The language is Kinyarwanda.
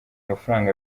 amafaranga